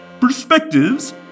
perspectives